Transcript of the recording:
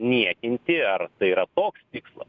niekinti ar tai yra toks tikslas